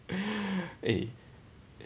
eh